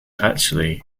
actually